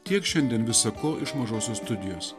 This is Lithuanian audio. tiek šiandien visa ko iš mažosios studijos